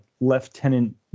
Lieutenant